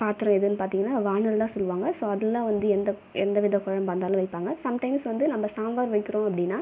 பாத்திரம் எதுன்னு பார்த்தீங்கன்னா வாணலிலாம் சொல்லுவாங்க ஸோ அதில் வந்து எந்த எந்தவித குழம்பா இருந்தாலும் வைப்பாங்க சம்டைம்ஸ் வந்து நம்ம சாம்பார் வைக்கிறோம் அப்படின்னால்